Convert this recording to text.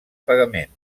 pagaments